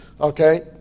Okay